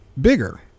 bigger